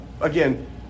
Again